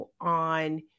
on